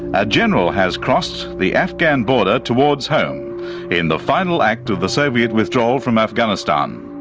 a general has crossed the afghan border towards home in the final act of the soviet withdrawal from afghanistan.